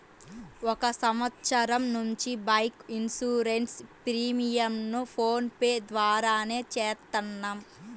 ఒక సంవత్సరం నుంచి బైక్ ఇన్సూరెన్స్ ప్రీమియంను ఫోన్ పే ద్వారానే చేత్తన్నాం